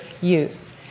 use